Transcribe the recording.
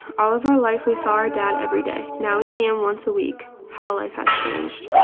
all of our life, we saw our dad every day. now, we see him once a week. how life has changed.